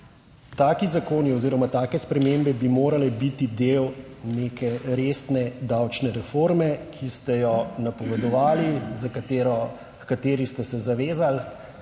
taki zakoni oziroma take spremembe bi morale biti del neke resne davčne reforme, ki ste jo napovedovali h kateri ste se zavezali,